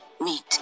meet